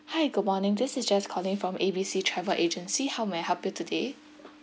hi good morning this is jess calling from A B C travel agency how may I help you today